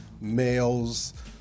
males